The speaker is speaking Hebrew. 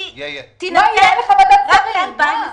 היא תינתן רק ל-2020.